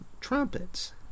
Trumpets